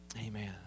Amen